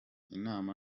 inama